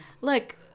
Look